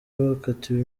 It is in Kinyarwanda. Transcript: bakatiwe